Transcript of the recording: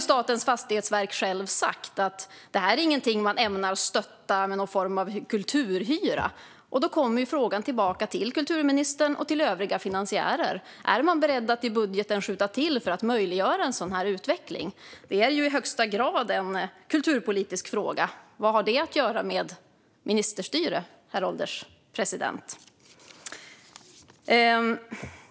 Statens fastighetsverk har själva sagt att detta inte är någonting som man ämnar stötta med någon form av kulturhyra, och då kommer frågan tillbaka till kulturministern och till övriga finansiärer: Är man beredd att i budgeten skjuta till för att möjliggöra för en sådan här utveckling? Det är ju i högsta grad en kulturpolitisk fråga. Vad har det att göra med ministerstyre, herr ålderspresident?